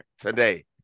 Today